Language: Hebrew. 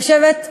אני חושבת,